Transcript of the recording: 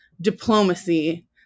diplomacy